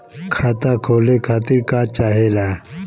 खाता खोले खातीर का चाहे ला?